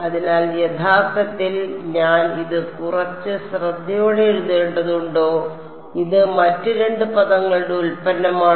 അതിനാൽ യഥാർത്ഥത്തിൽ ഞാൻ ഇത് കുറച്ച് ശ്രദ്ധയോടെ എഴുതേണ്ടതുണ്ടോ ഇത് മറ്റ് രണ്ട് പദങ്ങളുടെ ഉൽപ്പന്നമാണ്